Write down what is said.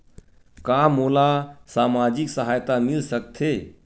का मोला सामाजिक सहायता मिल सकथे?